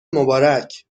مبارک